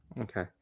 okay